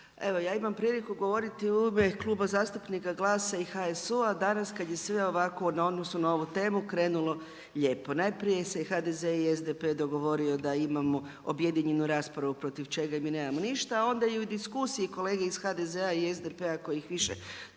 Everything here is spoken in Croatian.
Evo ja imam priliku govoriti u ime Kluba zastupnika GLAS-a i HSU-a danas kada je sve ovako na odnosu na ovu temu krenulo lijepo. Najprije se HDZ i SDP dogovorio da imamo objedinjenu raspravu protiv čega mi nemamo ništa, a onda i u diskusiji kolege iz HDZ-a i SDP-a kojih više